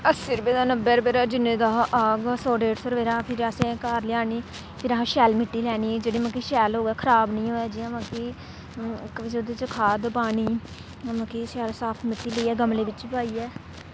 अस्सी रपेऽ दा नब्बै रपेऽ दा जिन्ने दा आग सौ डेढ सौ रपेऽ दा फिर असें घर लेआनी फिर असें शैल मिट्टी लैनी जेह्ड़ा मतलब कि शैल होऐ खराब निं होऐ जि'यां मतलब कि कदूं ओह्दे च खाद पानी मतलब कि शैल साफ मिट्टी लेइयै गमले बिच्च पाइयै